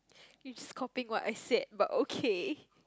you just copying what I said but okay